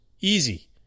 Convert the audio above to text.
Easy